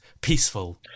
peaceful